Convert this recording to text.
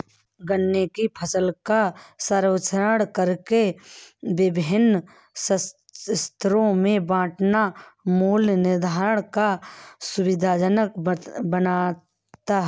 गन्ने की फसल का सर्वेक्षण करके विभिन्न स्तरों में बांटना मूल्य निर्धारण को सुविधाजनक बनाता है